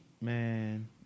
man